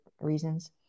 reasons